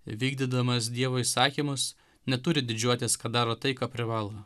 vykdydamas dievo įsakymus neturi didžiuotis kad daro tai ką privalo